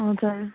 हजुर